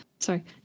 Sorry